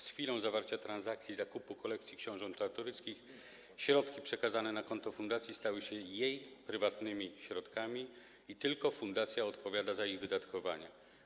Z chwilą zawarcia transakcji zakupu kolekcji książąt Czartoryskich środki przekazane na konto fundacji stały się jej prywatnymi środkami i tylko fundacja odpowiada za ich wydatkowanie.